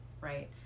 right